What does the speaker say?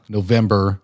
November